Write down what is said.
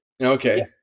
Okay